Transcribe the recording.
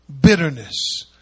Bitterness